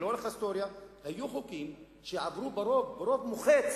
לאורך ההיסטוריה היו חוקים שעברו ברוב מוחץ